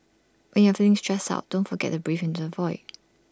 when you are feeling stressed out don't forget to breathe into the void